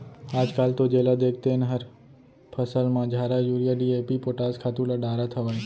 आजकाल तो जेला देख तेन हर फसल म झारा यूरिया, डी.ए.पी, पोटास खातू ल डारत हावय